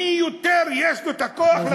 למי יש יותר כוח לתת מאבק בטרור.